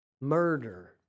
murder